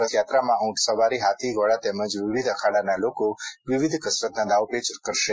રથયાત્રામાં ઉંટસવારી હાથી ઘોડા તેમજ વિવિધ અખાડાના લોકો વિવિધ કસરતના દાવપેચ કરશે